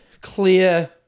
clear